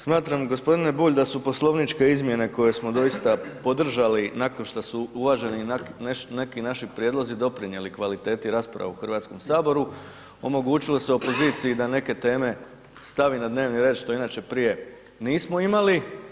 Smatram gospodine Bulj da su poslovničke izmjene koje smo doista podržali nakon što su uvaženi neki naši prijedlozi doprinijeli kvaliteti rasprave u Hrvatskom saboru, omogućilo se opoziciji da neke teme stavi na dnevni red što inače prije nismo imali.